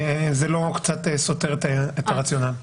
זה לא קצת סותר את הרציונל?